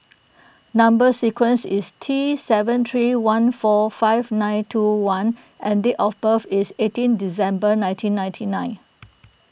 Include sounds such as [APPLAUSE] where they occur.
Number Sequence is T seven three one four five nine two one and date of birth is eighteen December nineteen ninety nine [NOISE]